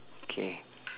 K